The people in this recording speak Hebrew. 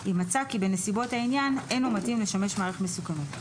אם מצא כי בנסיבות העניין אין הוא מתאים לשמש מעריך מסוכנות.